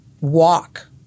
walk